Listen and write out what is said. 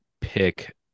pick